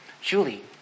Julie